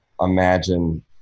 imagine